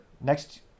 next